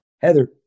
Heather